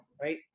right